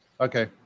Okay